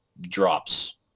drops